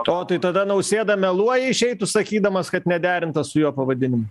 o tai tada nausėda meluoja išeitų sakydamas kad nederintas su juo pavadinimas